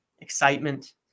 excitement